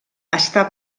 està